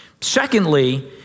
Secondly